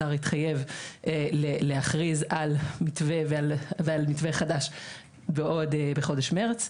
השר התחייב להכריז על מתווה ועל מתווה חדש בחודש מרס,